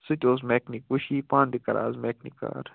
سُہ تہِ اوس میکنِک وٕ چھِ یہِ پانہٕ تہِ کران آز میکنِک کار